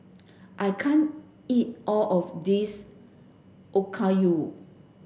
I can't eat all of this Okayu